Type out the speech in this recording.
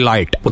Light